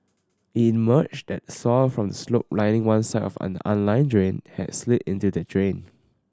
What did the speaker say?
it emerged that soil from the slope lining one side of an unlined drain had slid into the drain